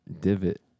divot